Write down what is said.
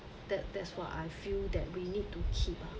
that that's why I feel that we need to keep ah